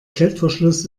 klettverschluss